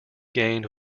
gained